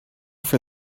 for